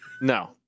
No